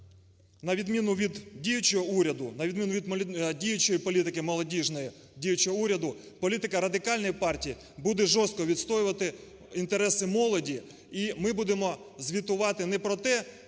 на відміну від діючого уряду, на відміну від діючої політики молодіжної діючого уряду, політика Радикальної партії буде жорстко відстоювати інтереси молоді і ми будемо звітувати не про те,